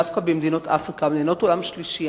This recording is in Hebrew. במדינות אפריקה ובמדינות עולם שלישי,